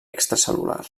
extracel·lular